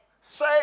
Say